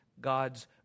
God's